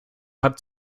hat